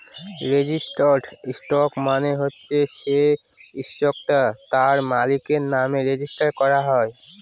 registered stock মানে হচ্ছে সে স্টকটা তার মালিকের নামে রেজিস্টার করা হয়